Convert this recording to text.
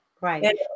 Right